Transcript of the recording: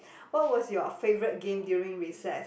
what was your favourite game during recess